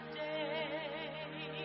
day